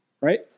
Right